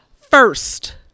first